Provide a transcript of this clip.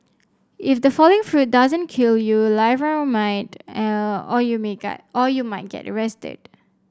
if the falling fruit doesn't kill you a live round might or you may get or you might get arrested